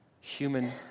human